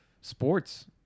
sports